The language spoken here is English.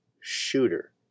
shooter